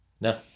No